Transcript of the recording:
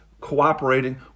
cooperating